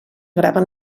graven